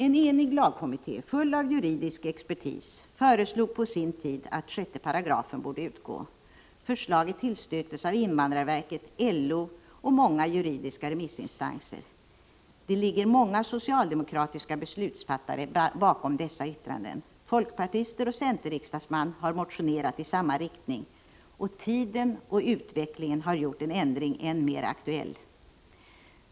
En enig lagkommitté full av juridisk expertis föreslog på sin tid att 6 § borde utgå. Förslaget tillstyrktes av invandrarverket, LO och många juridiska remissinstanser. Det ligger många socialdemokratiska beslutsfattare bakom dessa yttranden, folkpartister och centerriksdagsmän har motionerat i samma riktning, och tiden och utvecklingen har gjort en ändring än mer aktuell.